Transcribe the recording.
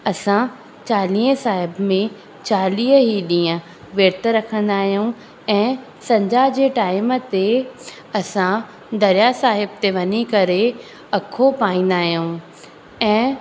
असां चालीहे साहिब चालीह ई ॾींहुं वृत रखंदा आहियूं ऐं संझा जे टाइम ते असां दरियाह साहिब ते वञी करे अखो पाईंदा आहियूं ऐं